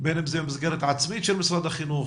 בין אם זה מסגרת עצמית של משרד החינוך,